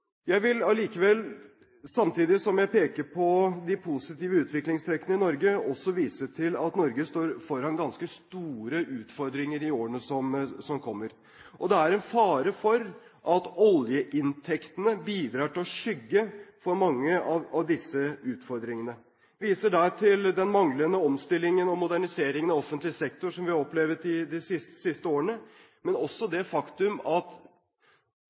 Jeg vil allikevel – samtidig som jeg peker på de positive utviklingstrekkene i Norge – også vise til at Norge står foran ganske store utfordringer i årene som kommer. Og det er en fare for at oljeinntektene bidrar til å skygge for mange av disse utfordringene. Jeg viser til den manglende omstillingen og moderniseringen av offentlig sektor som vi har opplevd de siste årene, men også til det faktum at